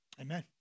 Amen